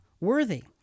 worthy